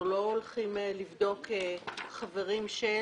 אנחנו לא הולכים לבדוק חברים של,